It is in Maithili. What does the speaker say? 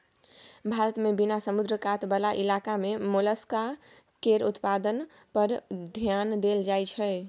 भारत मे बिना समुद्र कात बला इलाका मे मोलस्का केर उत्पादन पर धेआन देल जाइत छै